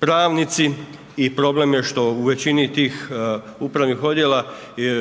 pravnici i problem je što u većini tih upravnih odjela